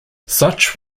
such